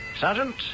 Sergeant